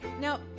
Now